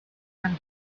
sand